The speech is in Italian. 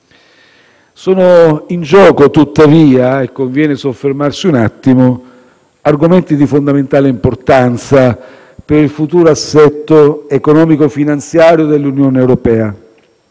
Sono in gioco, tuttavia - e conviene su questo soffermarsi un attimo - argomenti di fondamentale importanza per il futuro assetto economico e finanziario dell'Unione europea.